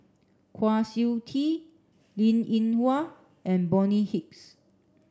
Kwa Siew Tee Linn In Hua and Bonny Hicks